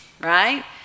right